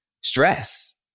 stress